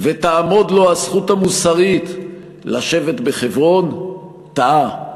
ותעמוד לו הזכות המוסרית לשבת בחברון, טעה,